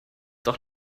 doch